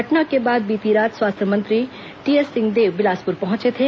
घटना के बाद बीती रात स्वास्थ्य मंत्री टीएस सिंहेदव बिलासपुर पहुंचे थे